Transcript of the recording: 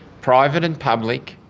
private and public,